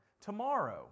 Tomorrow